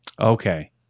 Okay